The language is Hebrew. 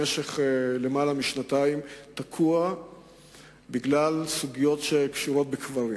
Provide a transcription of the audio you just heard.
במשך למעלה משנתיים בגלל סוגיות שקשורות בקברים.